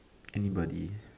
anybody